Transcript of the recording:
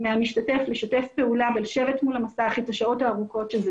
מהמשתתף לשתף פעולה ולשבת מול המסך את השעות הארוכות שזה